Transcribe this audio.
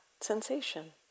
sensation